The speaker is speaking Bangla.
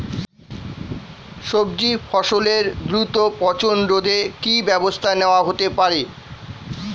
সবজি ফসলের দ্রুত পচন রোধে কি ব্যবস্থা নেয়া হতে পারে?